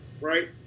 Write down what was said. right